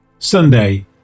Sunday